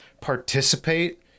participate